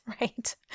right